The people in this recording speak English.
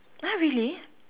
!huh! really